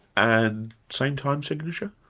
and same time signature?